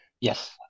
Yes